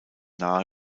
nahe